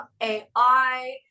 AI